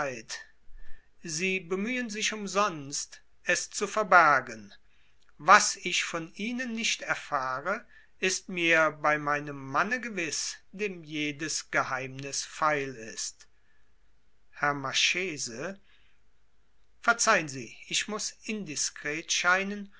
sie bemühen sich umsonst es zu verbergen was ich von ihnen nicht erfahre ist mir bei meinem manne gewiß dem jedes geheimnis feil ist herr marchese verzeihen sie ich muß indiskret scheinen